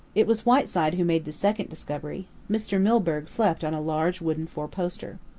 it was whiteside who made the second discovery. mr. milburgh slept on a large wooden four-poster.